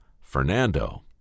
Fernando